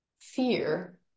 fear